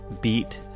beat